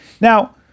Now